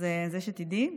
אז שתדעי.